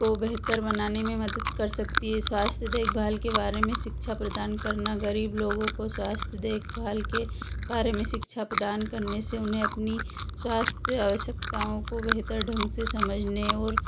को बेहतर बनाने में मदद कर सकती है स्वास्थ्य देखभाल के बारे में शिक्षा प्रदान करना गरीब लोगों को स्वास्थ्य देखभाल के बारे में शिक्षा प्रदान करने से उन्हें अपनी स्वास्थ्य आवश्यकताओं को बेहतर ढंग से समझने और